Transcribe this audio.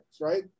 right